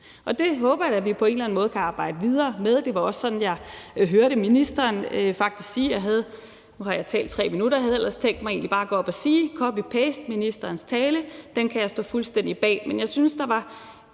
Det håber jeg da at vi på en eller anden måde kan arbejde videre med, og det var også sådan, jeg hørte ministeren. Nu har jeg talt 3 minutter. Jeg havde ellers tænkt mig at gå op og copy-paste ministerens tale, for den kan jeg stå fuldstændig bag, men jeg synes lige, der var